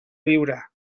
viure